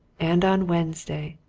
and on wednesday,